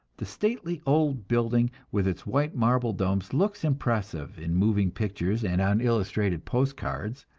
the stately old building with its white marble domes looks impressive in moving pictures and on illustrated postcards,